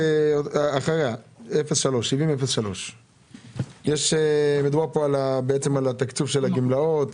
תכנית 70-03. מדובר על תקצוב הגמלאות,